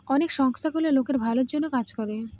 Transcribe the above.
অনেক সংস্থা গুলো লোকের ভালোর জন্য কাজ করে